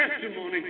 testimony